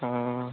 ᱚᱻ